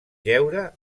jeure